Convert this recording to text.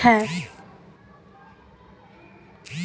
कागज बला रुपा केँ प्रतिनिधि पाइ कहल जाइ छै